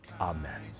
amen